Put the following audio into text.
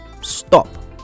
stop